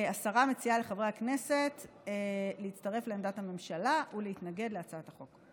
השרה מציעה לחברי הכנסת להצטרף לעמדת הממשלה ולהתנגד להצעת החוק.